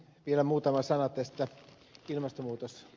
vielä muutama sana ilmastonmuutosulottuvuudesta